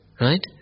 right